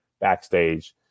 backstage